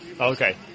Okay